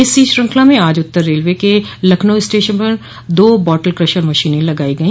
इसी श्रृंखला में आज उत्तर रेलवे के लखनऊ स्टेशन पर दो बोतल क्रशर मशीने लगाई गई